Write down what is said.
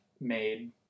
made